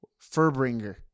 Furbringer